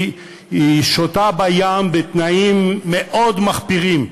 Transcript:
היא שטה בים בתנאים מאוד מחפירים,